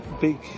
big